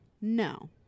no